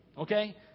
Okay